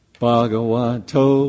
bhagavato